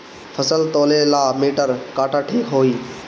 फसल तौले ला मिटर काटा ठिक होही?